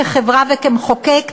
כחברה וכמחוקק,